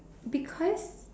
because